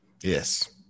Yes